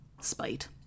spite